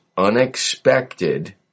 Unexpected